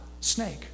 snake